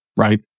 right